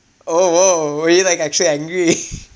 oh !whoa! were you like actually angry